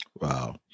Wow